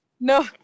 no